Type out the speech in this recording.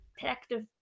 protective